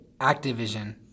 Activision